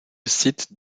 site